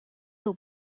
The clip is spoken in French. aux